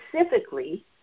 specifically